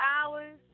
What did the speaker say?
hours